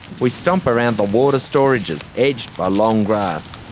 we stomp around the water storages, edged by long grass.